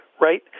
Right